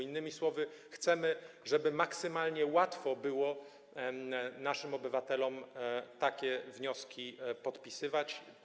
Innymi słowy, chcemy, żeby maksymalnie łatwo było naszym obywatelom takie wnioski podpisywać.